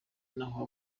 naho